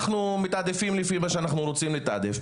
אנחנו מתעדפים לפי מה שאנחנו רוצים לתעדף.